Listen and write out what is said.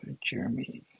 Jeremy